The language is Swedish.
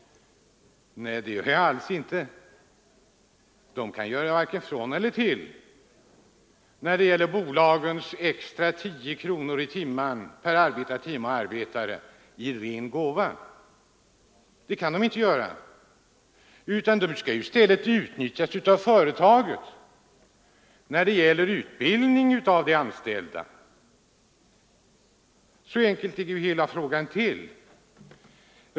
Nej, det gör jag inte alls, Dessa kan göra varken från eller till när det gäller de extra tio kronor per timme och arbetare som företagen får i ren gåva. Pengarna skall användas till utbildning av de anställda. Så enkelt är det med det.